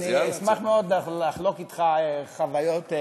אני אשמח מאוד לחלוק אתך חוויות.